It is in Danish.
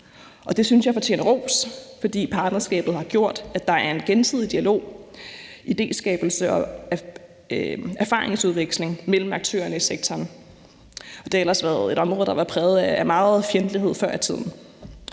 jeg fortjener ros, fordi partnerskabet har gjort, at der er en gensidig dialog, idéskabelse og erfaringsudveksling mellem aktørerne i sektoren. Det har ellers været et område, der har været præget af meget fjendtlighed før i tiden.